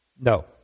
no